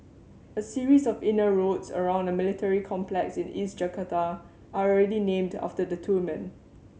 a series of inner roads around a military complex in East Jakarta are already named after the two men